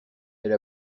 elle